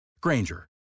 Granger